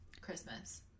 Christmas